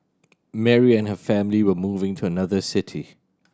Mary and her family were moving to another city